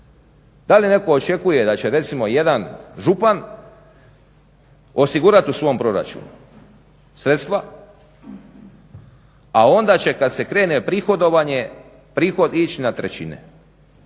Da li netko očekuje da će recimo jedan župan osigurat u svom proračunu sredstva, a onda će kad se krene prihodovanje prihodi ići na trećine.